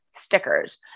stickers